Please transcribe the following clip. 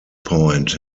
point